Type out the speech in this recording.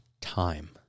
Time